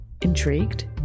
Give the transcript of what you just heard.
Intrigued